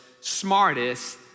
smartest